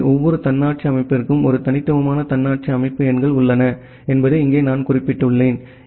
எனவே ஒவ்வொரு தன்னாட்சி அமைப்பிற்கும் ஒரு தனித்துவமான தன்னாட்சி அமைப்பு எண்கள் உள்ளன என்பதை இங்கே நான் குறிப்பிட்டுள்ளேன்